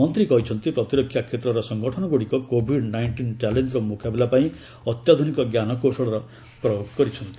ମନ୍ତ୍ରୀ କହିଛନ୍ତି ପ୍ରତିରକ୍ଷା କ୍ଷେତ୍ରର ସଂଗଠନଗୁଡ଼ିକ କୋଭିଡ୍ ନାଇଷ୍ଟିନ୍ ଚ୍ୟାଲେଞ୍ଜର ମୁକାବିଲା ପାଇଁ ଅତ୍ୟାଧୁନିକ ଜ୍ଞାନକୌଶଳର ପ୍ରୟୋଗ କରିଛନ୍ତି